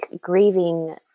grieving